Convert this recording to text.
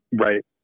Right